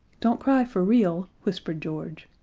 don't cry for real, whispered george,